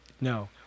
no